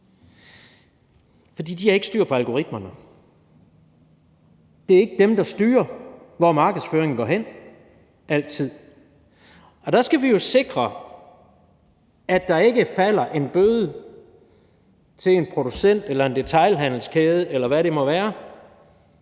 For de har ikke styr på algoritmerne; det er ikke dem, der altid styrer, hvor markedsføringen går hen. Og der skal vi jo sikre, at der ikke falder en bøde til en producent eller en detailhandelskæde, eller hvad det måtte være,